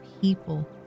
people